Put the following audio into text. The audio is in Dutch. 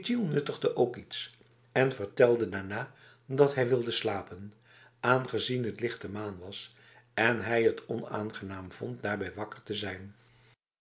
ketjil nuttigde ook iets en vertelde daarna dat hij wilde slapen aangezien het lichte maan was en hij het onaangenaam vond daarbij wakker te zijn